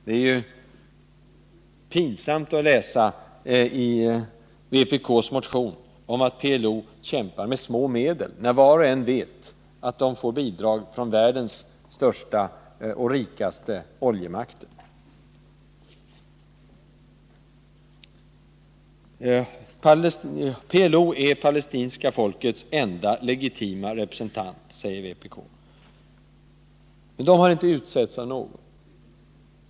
Det är pinsamt att läsa i vpk:s motion att ”PLO kämpar med mycket små medel”, när var och en vet att de får bidrag från världens största och rikaste oljemakter. PLO är det palestinska folkets enda legitima representant, säger vpk. Men PLO har inte utsetts av någon.